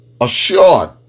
assured